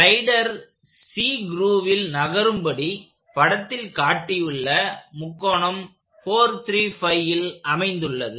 slider C க்ரூவில் நகரும்படு படத்தில் காட்டியுள்ள முக்கோணம் 435ல் அமைந்துள்ளது